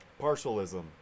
partialism